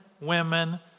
women